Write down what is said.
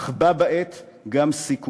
אך בה בעת גם סיכויים.